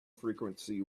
frequency